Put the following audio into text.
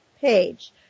page